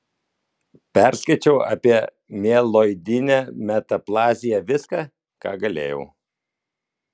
perskaičiau apie mieloidinę metaplaziją viską ką galėjau